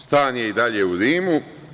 Stan je i dalje u Rimu.